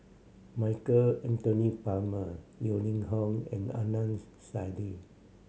Michael Anthony Palmer Yeo Ning Hong and Adnan's Saidi